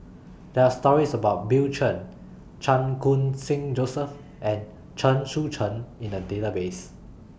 There Are stories about Bill Chen Chan Khun Sing Joseph and Chen Sucheng in The Database